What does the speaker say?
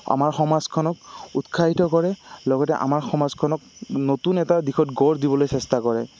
আমাৰ সমাজখনক উৎসাহিত কৰে লগতে আমাৰ সমাজখনক নতুন এটা দিশত গঢ় দিবলৈ চেষ্টা কৰে